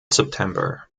september